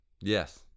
Yes